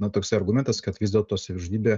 na toksai argumentas kad vis dėlto savižudybė